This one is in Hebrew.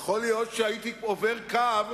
יכול להיות שהייתי עובר קו,